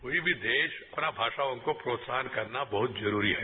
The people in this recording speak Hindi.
कोई भी अपना देश भाषाओं को प्रोत्साहन करना बहुत जरूरी है